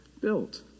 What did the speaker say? built